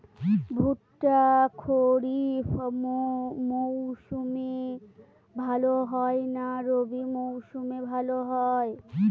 ভুট্টা খরিফ মৌসুমে ভাল হয় না রবি মৌসুমে ভাল হয়?